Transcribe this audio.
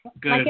good